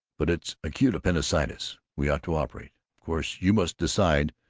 but it's acute appendicitis. we ought to operate. of course you must decide,